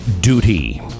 duty